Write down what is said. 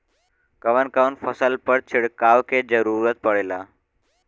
कवन कवन फसल पर छिड़काव के जरूरत पड़ेला?